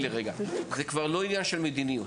זה כבר לא עניין של מדיניות,